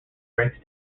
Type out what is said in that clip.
breaks